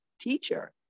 teacher